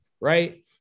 right